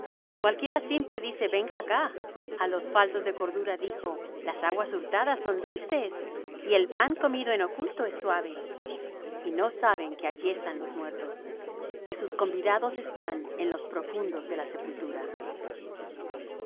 cualquiera simple dice venga acá a los faltos de cordura dijo las aguas hurtadas son dulces y el pan comido en oculto es suave y no saben que allí están los muertos que sus convidados están en los profundos de la sepultura